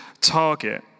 target